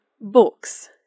books